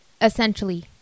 essentially